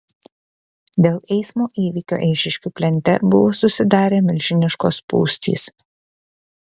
dėl eismo įvykio eišiškių plente buvo susidarę milžiniškos spūstys